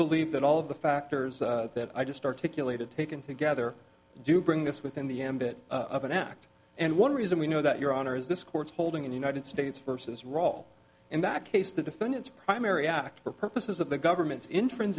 believe that all of the factors that i just articulated taken together do bring this within the ambit of an act and one reason we know that your honor is this court's holding in the united states versus role in that case the defendant's primary act for purposes of the government's intrin